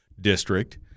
district